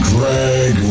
Greg